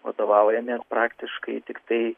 vadovaujamės praktiškai tiktai